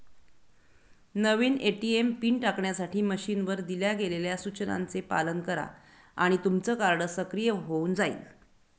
नवीन ATM PIN टाकण्यासाठी मशीनवर दिल्या गेलेल्या सूचनांचे पालन करा आणि तुमचं कार्ड सक्रिय होऊन जाईल